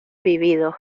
vividos